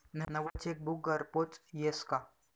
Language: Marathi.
नवं चेकबुक घरपोच यस का?